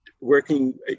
working